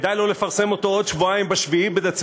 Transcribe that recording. כדאי לו לפרסם אותו בעוד שבועיים, ב־7 בדצמבר,